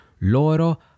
loro